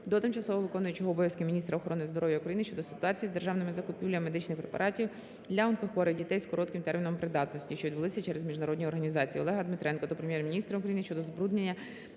до тимчасово виконуючої обов'язки міністра охорони здоров'я України щодо ситуації з державними закупівлями медичних препаратів для онкохворих дітей з коротким терміном придатності, що відбулися через міжнародні організації. Олега Дмитренка до Прем'єр-міністра України щодо забруднення